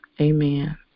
Amen